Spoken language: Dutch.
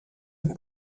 een